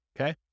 Okay